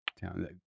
town